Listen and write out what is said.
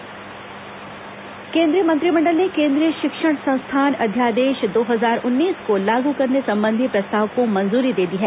शिक्षक सीधी भर्ती केंद्रीय मंत्रिमंडल ने केंद्रीय शिक्षण संस्थान अध्यादेश दो हजार उन्नीस को लागू करने संबंधी प्रस्ताव को मंजूरी दे दी है